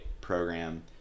program